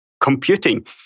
computing